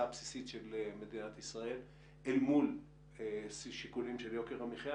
הבסיסית של מדינת ישראל אל מול שיקולים של יוקר המחיה,